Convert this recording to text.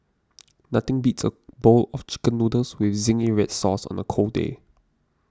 nothing beats a bowl of Chicken Noodles with Zingy Red Sauce on the cold day